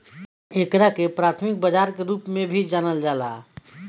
एकरा के प्राथमिक बाजार के रूप में भी जानल जाला